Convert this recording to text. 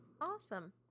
Awesome